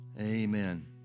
Amen